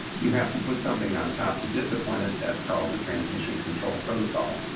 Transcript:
you have to put something on top to discipline it. that's called the transmission control protocol.